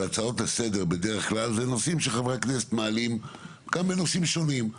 אבל הצעות לסדר בדרך כלל אלה נושאים שחברי הכנסת מעלים בנושאים שונים.